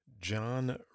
John